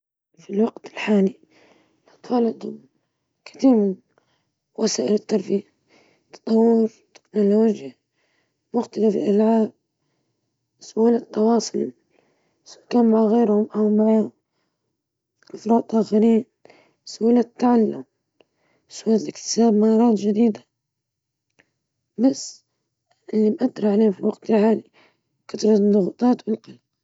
من الصعب القول إن الأطفال كانوا أكثر سعادة في الماضي مقارنة بالوقت الحالي، ربما كان لديهم نمط حياة أبسط، لكن مع التطور التكنولوجي والفرص التعليمية المتاحة اليوم، من السهل أن يجدوا طرقًا متعددة للاستمتاع والبحث عن السعادة.